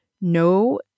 no